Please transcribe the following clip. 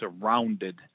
surrounded